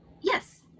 yes